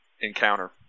encounter